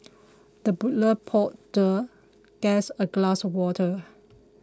the butler poured the guest a glass of water